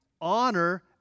honor